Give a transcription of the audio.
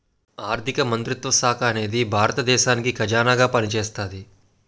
ఆర్ధిక మంత్రిత్వ శాఖ అనేది భారత దేశానికి ఖజానాగా పనిచేస్తాది